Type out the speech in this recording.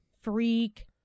freak